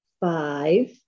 five